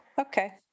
Okay